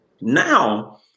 now